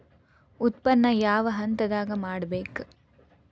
ಉತ್ಪನ್ನ ಯಾವ ಹಂತದಾಗ ಮಾಡ್ಬೇಕ್?